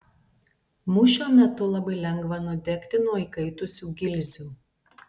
mūšio metu labai lengva nudegti nuo įkaitusių gilzių